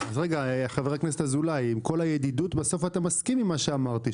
אז עם כל הידידות בסוף אתה מסכים עם מה שאמרתי,